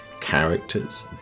characters